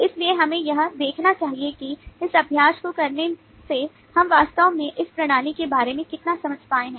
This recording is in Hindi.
इसलिए हमें यह देखना होगा कि इस अभ्यास को करने से हम वास्तव में इस प्रणाली के बारे में कितना समझ पाए हैं